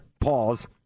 pause